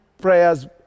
prayers